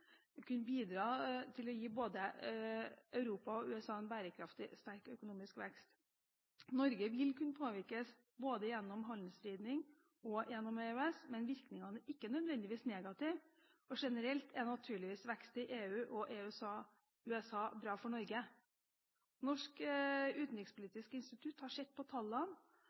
kunne bidra til å gi både Europa og USA en bærekraftig, sterk økonomisk vekst. Norge vil kunne påvirkes gjennom både handelsvridning og EØS, men virkningene er ikke nødvendigvis negative, og generelt er naturligvis vekst i EU og USA bra for Norge. Norsk Utenrikspolitisk Institutt har sett på tallene